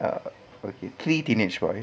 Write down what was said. ah okay three teenage boys